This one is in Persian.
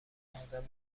آدم